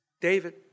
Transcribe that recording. David